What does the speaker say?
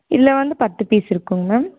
இதில் வந்து பத்து பீஸ் இருக்குதுங்க மேம்